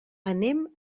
anem